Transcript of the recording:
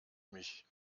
mich